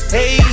Hey